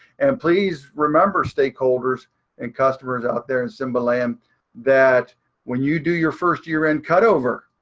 and please remember, stakeholders and customers out there in simba land that when you do your first year end cut over,